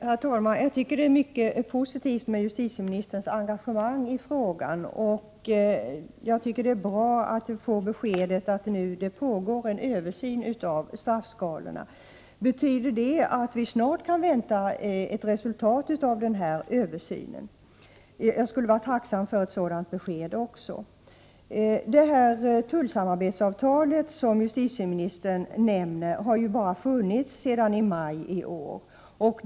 Herr talman! Jag tycker det är mycket positivt med justitieministerns engagemang i frågan, och jag tycker det är bra att vi får beskedet att det nu pågår en översyn av straffskalorna. Betyder det att vi snart kan vänta ett resultat av översynen? Jag skulle vara tacksam också för ett sådant besked. Det tullsamarbetsavtal som justitieministern nämner har funnits bara sedan i maj i år.